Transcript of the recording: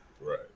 Right